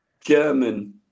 German